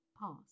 past